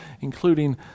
including